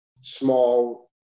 small